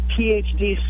PhD